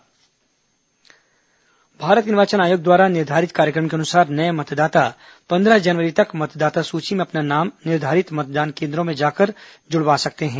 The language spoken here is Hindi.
मतदाता सुची भारत निर्वाचन आयोग द्वारा निर्धारित कार्यक्रम के अनुसार नये मतदाता पंद्रह जनवरी तक मतदाता सूची में अपना नाम निर्धारित मतदान केन्द्रों में जाकर जुड़वा सकते हैं